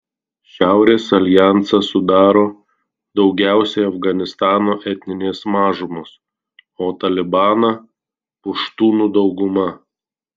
šiaurės aljansą sudaro daugiausiai afganistano etninės mažumos o talibaną puštūnų dauguma